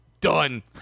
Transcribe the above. Done